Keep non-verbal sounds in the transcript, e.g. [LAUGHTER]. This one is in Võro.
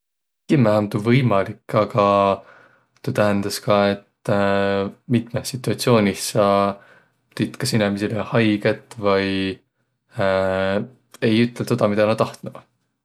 Kimmähe om tuu võimalik, aga tuu tähendäs ka, et [HESITATION] mitmõh situatsioonih sa tiit kas inemisele haigõt vai [HESITATION] ei ütleq toda, midä nä tahtnuq.